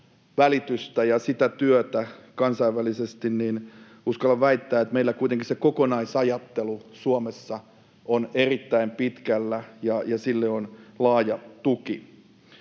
rauhanvälitystä ja sitä työtä kansainvälisesti, niin uskallan väittää, että meillä kuitenkin se kokonaisajattelu Suomessa on erittäin pitkällä ja sille on laaja tuki.